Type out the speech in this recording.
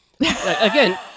Again